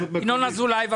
ינון אזולאי.